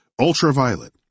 ultraviolet